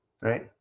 Right